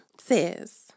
says